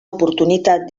oportunitat